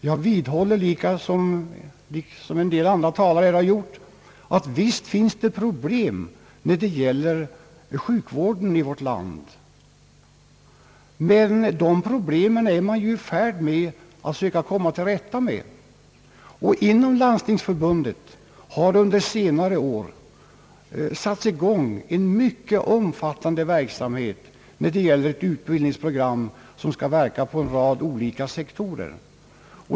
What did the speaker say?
Jag vill framhålla, liksom en del andra talare här har gjort, att visst finns det problem när det gäller sjukvården i vårt land, men dessa problem är man ju i färd med att söka komma till rätta med. Inom Landstingsförbundet har under senare år satts i gång en mycket omfattande verksamhet när det gäller utbildningsprogram, som skall verka på en rad olika sektorer.